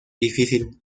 difícil